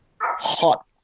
hot